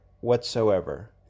whatsoever